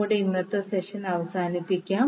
നമ്മുടെ ഇന്നത്തെ സെഷൻ അവസാനിപ്പിക്കാം